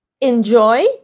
enjoy